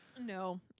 No